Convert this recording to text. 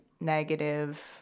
negative